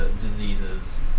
Diseases